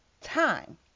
time